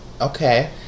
Okay